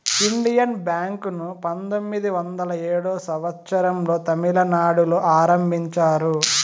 Indian bank ను పంతొమ్మిది వందల ఏడో సంవచ్చరం లో తమిళనాడులో ఆరంభించారు